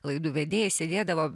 laidų vedėjai sėdėdavo